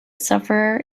sufferer